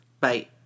Bye